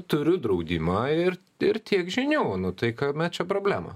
turiu draudimą ir ir tiek žinių o nu tai kame čia problema